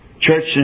church